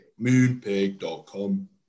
Moonpig.com